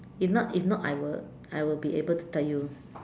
if not if not I will I will be able to tell you